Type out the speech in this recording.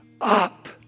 up